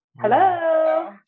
Hello